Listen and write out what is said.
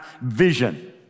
vision